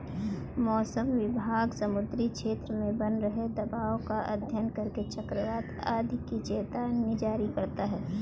मौसम विभाग समुद्री क्षेत्र में बन रहे दबाव का अध्ययन करके चक्रवात आदि की चेतावनी जारी करता है